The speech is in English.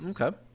Okay